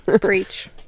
Breach